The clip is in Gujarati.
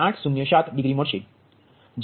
807 ડિગ્રી મળશે